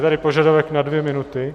Je tady požadavek na dvě minuty.